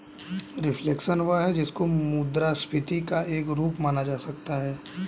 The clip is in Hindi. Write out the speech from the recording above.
रिफ्लेशन वह है जिसको मुद्रास्फीति का एक रूप माना जा सकता है